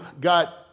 got